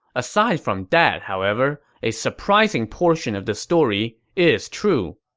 aside from that, however, a surprising portion of this story is true.